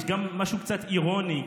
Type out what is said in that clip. יש גם משהו קצת אירוני,